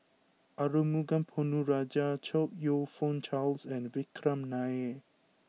Arumugam Ponnu Rajah Chong you Fook Charles and Vikram Nair